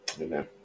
Amen